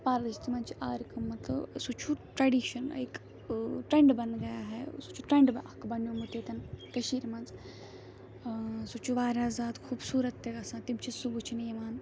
پَلٕجۍ تِمَن چھِ آرِ تہٕ سُہ چھُ ٹرٛیٚڈِشَن لایِک ٲں ٹرٛیٚنٛڈ بَن گیا ہے سُہ چھُ ٹرٛیٚنٛڈ اَکھ بَنیٲومُت ییٚتیٚن کٔشیٖرِ منٛز ٲں سُہ چھُ واریاہ زیادٕ خوٗبصوٗرت تہِ گژھان تِم چھِ سُہ وُچھنہٕ یِوان